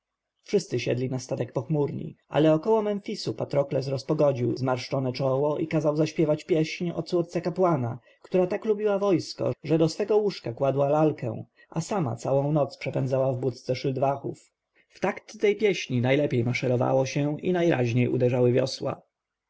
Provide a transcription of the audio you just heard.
wszyscy siedli na statek pochmurni ale około memfisu patrokles rozpogodził zmarszczone czoło i kazał zaśpiewać pieśń o córce kapłana która tak lubiła wojsko że do swego łóżka kładła lalkę a sama całą noc przepędzała w budce szyldwachów w takt tej pieśni najlepiej maszerowało się i najraźniej uderzały wiosła